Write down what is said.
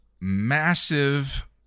massive